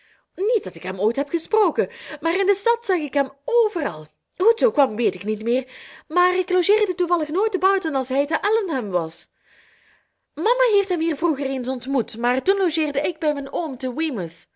niet dat ik hem ooit heb gesproken maar in de stad zag ik hem overal hoe t zoo kwam weet ik niet maar ik logeerde toevallig nooit te barton als hij te allenham was mama heeft hem hier vroeger eens ontmoet maar toen logeerde ik bij mijn oom